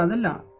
and and